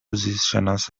زیستشناس